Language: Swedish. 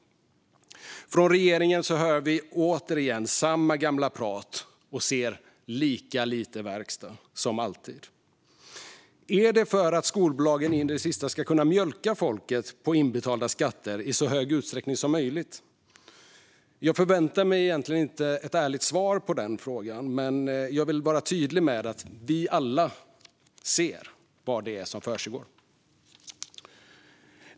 Från regeringen hör vi återigen samma gamla prat och ser lika lite verkstad som alltid. Är det för att skolbolagen in i det sista ska kunna mjölka folket på inbetalda skatter i så hög utsträckning som möjligt? Jag förväntar mig egentligen inte ett ärligt svar på den frågan, men jag vill vara tydlig med att vi alla ser vad det är som försiggår.